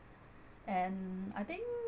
and I think